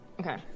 okay